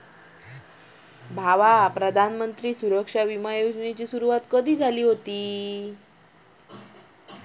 भावा, प्रधानमंत्री सुरक्षा बिमा योजनेची सुरुवात कधी झाली हुती